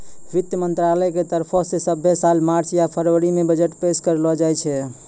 वित्त मंत्रालय के तरफो से सभ्भे साल मार्च या फरवरी मे बजट पेश करलो जाय छै